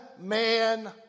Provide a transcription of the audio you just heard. man